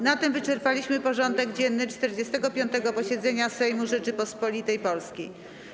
Na tym wyczerpaliśmy porządek dzienny 45. posiedzenia Sejmu Rzeczypospolitej Polskiej.